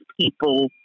people